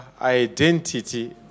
identity